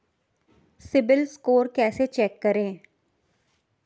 CIBIL score कैसे check करें?